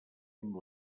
amb